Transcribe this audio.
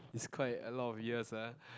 is quite a lot of years ah